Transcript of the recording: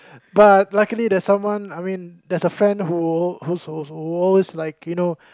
but luckily there's someone I mean there's a friend who who's also who's like you know